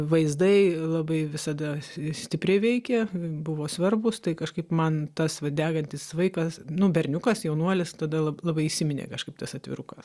vaizdai labai visada stipriai veikė buvo svarbūs tai kažkaip man tas va degantis vaikas nu berniukas jaunuolis tada labai įsiminė kažkaip tas atvirukas